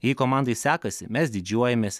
jei komandai sekasi mes didžiuojamės